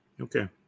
okay